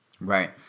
Right